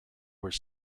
were